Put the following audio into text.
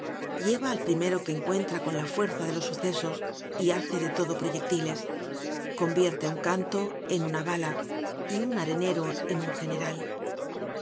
lleva al primero que encuentra con la fuerza de los sucesos y hace de todo proyectiles convierte un canto en una bala y un arenero en un general